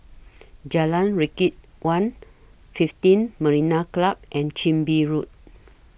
Jalan Rakit one fifteen Marina Club and Chin Bee Road